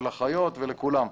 לחיות ולכולם,